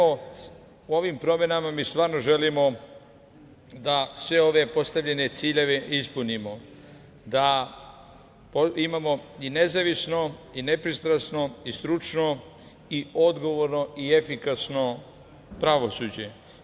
Ovim promenama mi stvarno želimo da sve ove postavljene ciljeve ispunimo, da imamo i nezavisno, i nepristrasno, i stručno, i odgovorno, i efikasno pravosuđe.